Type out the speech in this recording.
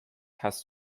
hast